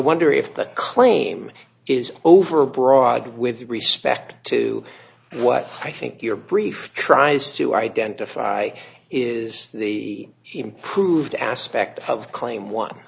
wonder if that claim is overbroad with respect to what i think your brief tries to identify is the same proved aspect of claim one